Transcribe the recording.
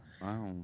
Wow